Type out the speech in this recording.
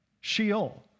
Sheol